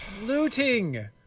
Looting